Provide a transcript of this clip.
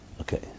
Okay